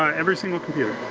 um every single computer.